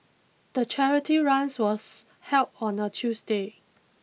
the charity runs was held on a Tuesday